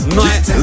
night